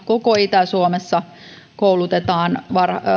koko itä suomessa koulutetaan